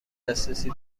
دسترسی